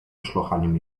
szlochaniem